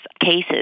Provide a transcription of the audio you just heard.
cases